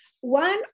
One